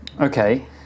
Okay